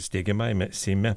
steigiamajame seime